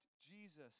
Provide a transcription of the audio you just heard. Jesus